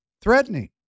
threatening